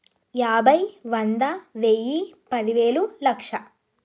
యాభై వంద వెయ్యి పదివేలు లక్ష